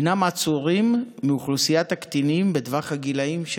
הם עצורים מאוכלוסיית הקטינים בטווח הגילים של